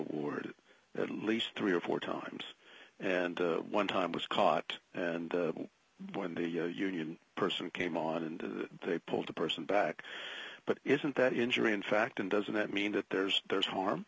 award at least three or four times and one time was caught and when the union person came on and they pulled the person back but isn't that injury in fact and doesn't that mean that there's there's harm